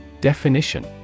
Definition